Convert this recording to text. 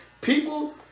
people